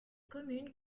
communes